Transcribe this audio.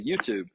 YouTube